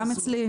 גם בתל אביב.